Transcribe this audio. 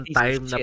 time